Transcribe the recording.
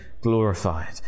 glorified